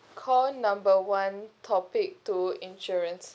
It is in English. call number one topic two insurance